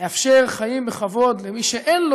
לאפשר חיים בכבוד למי שאין לו,